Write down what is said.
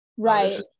right